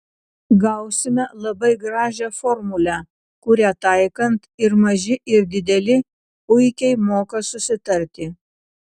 gausime labai gražią formulę kurią taikant ir maži ir dideli puikiai moka susitarti